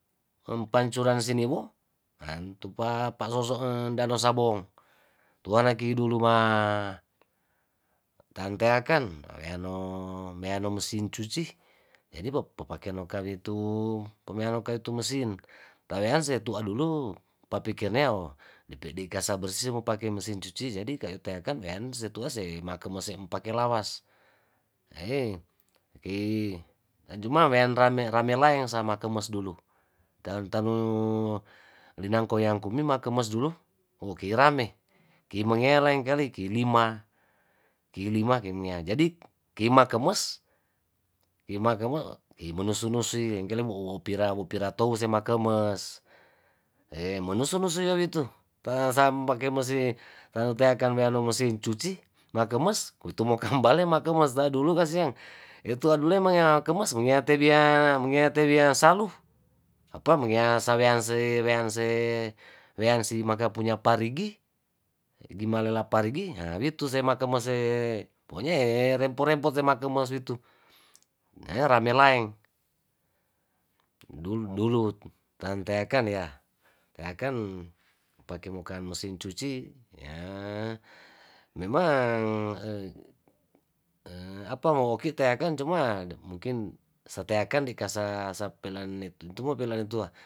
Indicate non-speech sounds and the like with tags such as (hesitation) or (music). Hem pancuran siniwo antupa pasoso (hesitation) dano sabong tuaneki duluma tanteakan daweano meano mesin cuci jadi papakeno kawi tu pameano kawe tu mesin tawean se tua dulu papikir neo depe di kasa bersih mo pake mesin cuci jadi kayu teakan wean se tua makemose mopake lawas eheh kii nacuma wean rame rame laeng sama na kemes dulu tano tano linangkoyang kumim ma kemes dulu wo kei rame kei mengea lengkali kei lima, kei lima kenea jadi kima kemes ki menusu nusu lengkali wopira wopira tou se makemes (hesitation) menusu nusu yawitu pa sampake mesin ranoteakan weano mesin cuci makemes witu mokembale makemes na dulu kasian etua dulu emang yang kemes meneatewia mengaeatewia salu apa mengea sawean sei wean se weansi makapunya parigi gimalela parigi ha witu semakemese pokonya ee rempo rempot se makemes situ nea rame laeng dulu, dulu tanteakan ya teaken mopake mokaan mesin cuci yahh memang (hesitation) apamo kiteakang cuma de mungkin setakan di kasa sa pelanetu itumupelanetua.